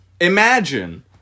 imagine